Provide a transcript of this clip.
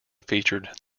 featured